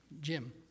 Jim